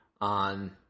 on